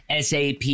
SAP